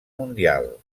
mundial